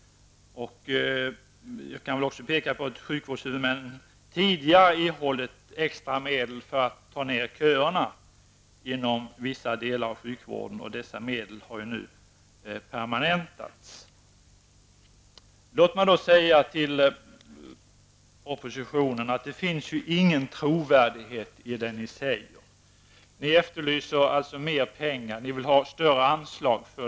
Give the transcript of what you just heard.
Jag kan vidare peka på att sjukvårdshuvudmännen tidigare erhållit extra medel för att korta köerna inom vissa delar av sjukvården, och dessa medel har nu permanentats. Låt mig säga till oppositionen att det inte finns någon trovärdighet i det oppositionen säger. Ni efterlyser mer pengar och vill ha större anslag.